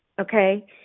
Okay